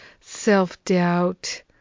self-doubt